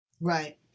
Right